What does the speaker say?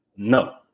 No